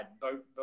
boat